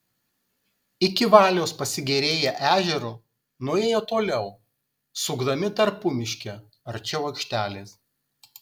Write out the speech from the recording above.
iki valios pasigėrėję ežeru nuėjo toliau sukdami tarpumiške arčiau aikštelės